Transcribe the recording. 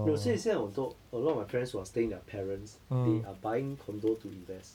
有些现在 although although my friends who are staying with their parents they are buying condo to invest